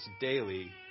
daily